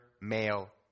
male